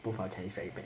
both our chinese very bad